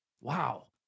Wow